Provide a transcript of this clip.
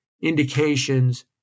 indications